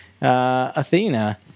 Athena